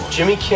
Jimmy